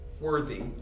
worthy